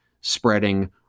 spreading